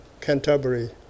Canterbury